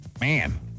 Man